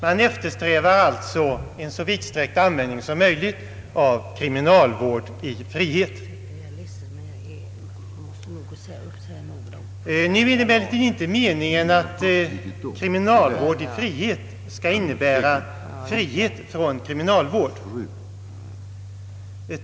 Man eftersträvar alltså en så vidsträckt användning som möjligt av kriminalvård i frihet. Nu är det emellertid inte meningen att kriminalvård i frihet skall innebära frihet från kriminalvård.